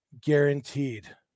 guaranteed